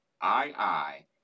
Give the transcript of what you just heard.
I-I